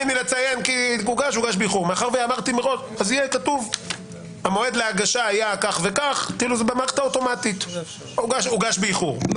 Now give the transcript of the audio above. שיהיה כתוב במערכת האוטומטית שזה הוגש באיחור.